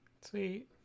sweet